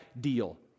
deal